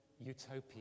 utopia